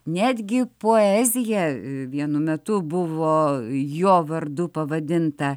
netgi poezija vienu metu buvo jo vardu pavadinta